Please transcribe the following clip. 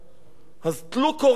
אז טלו קורה מבין עיניכם.